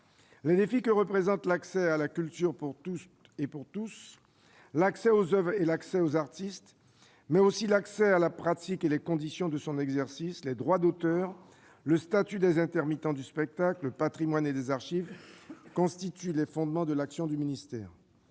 Les défis que représentent l'accès à la culture pour toutes et tous, l'accès aux oeuvres et aux artistes, mais aussi l'accès à la pratique et les conditions de son exercice, les droits d'auteur, le statut des intermittents du spectacle, le patrimoine et les archives constituent les fondements de l'action du ministère.